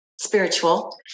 spiritual